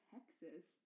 Texas